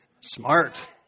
Smart